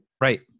Right